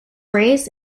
raised